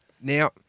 Now